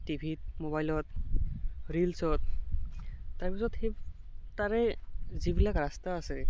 টিভিত মোবাইলত ৰিলছত তাৰপিছত সেই তাৰে যিবিলাক ৰাস্তা আছে